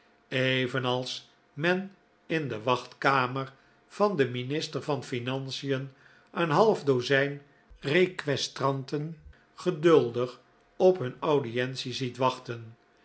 evenals men in de wachtkamer van den minister van financien een half dozijn requestranten geduldig op hun audientie ziet wachten